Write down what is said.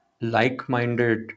like-minded